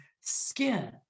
skin